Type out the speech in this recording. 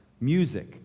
music